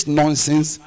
nonsense